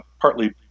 partly